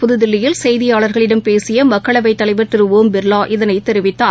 புதுதில்லியில் செய்தியாளர்களிடம் பேசியமக்களவைத் தலைவர் திருஒம் பிர்லா இதனைதெரிவித்தார்